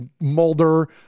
Mulder